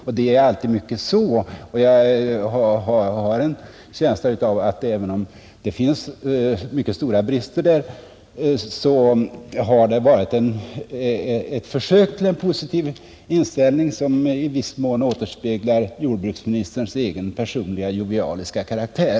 Även om förslaget har mycket stora brister, så har jag en känsla av att det här har varit ett försök till en positiv inställning som i viss mån återspeglar jordbruksministerns personliga jovialiska karaktär.